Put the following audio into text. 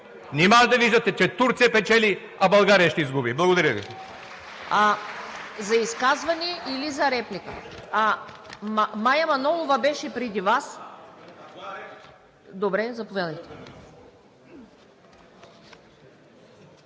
Нима не виждате, че Турция печели, а България ще изгуби? Благодаря Ви.